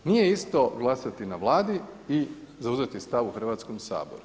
Nije isto glasati na Vladi i zauzeti stav u Hrvatskom saboru.